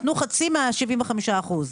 תנו חצי מה-75 אחוזים.